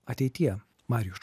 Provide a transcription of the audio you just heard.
ateityje mariuš